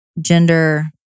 gender